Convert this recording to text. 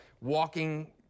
walking